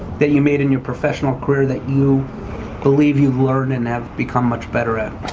that you made in your professional career that you believe you learned and have become much better at.